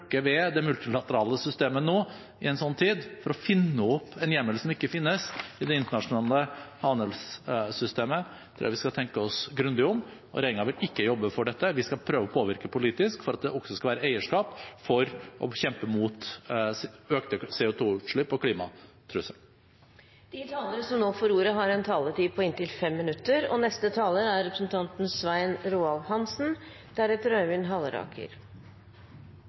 ved det multilaterale systemet nå – i en slik tid – for å finne opp en hjemmel som ikke finnes i det internasjonale handelssystemet, tror jeg vi skal tenke oss grundig om. Regjeringen vil ikke jobbe for dette. Vi skal prøve å påvirke politisk for at det også skal være eierskap for å kjempe mot økte CO 2 -utslipp og klimatrusselen. Det er ikke bare utenriksministeren som har vært i Washington. Det har